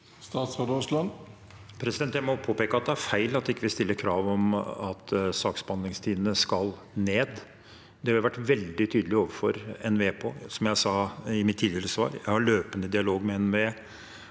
Aasland Jeg må påpeke at det er feil at vi ikke stiller krav om at saksbehandlingstidene skal ned. Det har vi vært veldig tydelig på overfor NVE. Som jeg sa i mitt tidligere svar, har jeg løpende dialog med NVE